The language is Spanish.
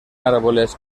árboles